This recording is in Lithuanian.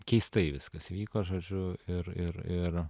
keistai viskas įvyko žodžiu ir ir ir